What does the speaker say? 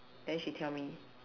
then she tell me